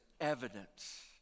evidence